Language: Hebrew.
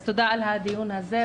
אז תודה על הדיון הזה,